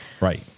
Right